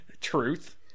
Truth